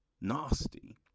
nasty